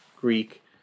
Greek